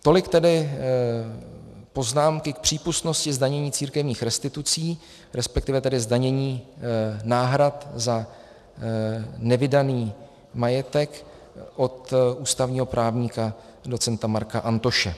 Tolik tedy poznámky k přípustnosti zdanění církevních restitucí, resp. zdanění náhrad za nevydaný majetek od ústavního právníka docenta Marka Antoše.